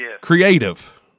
creative